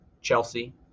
chelsea